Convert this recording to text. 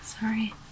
Sorry